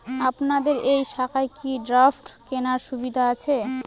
আপনাদের এই শাখায় কি ড্রাফট কেনার সুবিধা আছে?